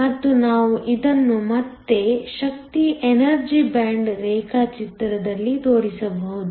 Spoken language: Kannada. ಮತ್ತು ನಾವು ಇದನ್ನು ಮತ್ತೆ ಶಕ್ತಿ ಎನರ್ಜಿ ಬ್ಯಾಂಡ್ ರೇಖಾಚಿತ್ರದಲ್ಲಿ ತೋರಿಸಬಹುದು